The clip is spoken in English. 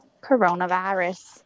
coronavirus